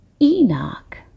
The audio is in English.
Enoch